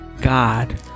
god